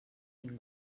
ningú